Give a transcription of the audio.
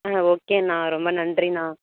ஆ okay அண்ணா ரொம்ப நன்றி அண்ணா